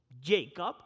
Jacob